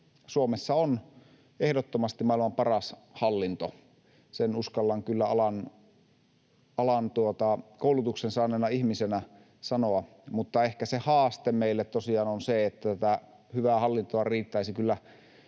Suomessa on ehdottomasti maailman paras hallinto, sen uskallan kyllä alan koulutuksen saaneena ihmisenä sanoa, mutta ehkä se haaste meille tosiaan on se, että tätä hyvää hallintoa riittäisi kyllä